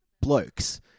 blokes